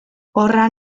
horra